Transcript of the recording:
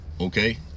okay